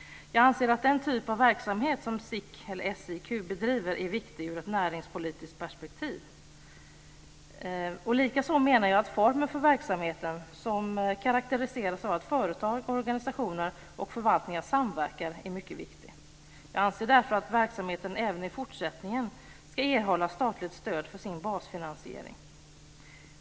Jag anser att den typ av verksamhet som SIQ bedriver är viktig ur ett näringspolitiskt perspektiv. Likaså menar jag att formen för verksamheten, som karakteriseras av att företag, organisationer och förvaltningar samverkar, är mycket viktig. Jag anser därför att verksamheten även i fortsättningen ska erhålla statligt stöd för sin basfinansiering.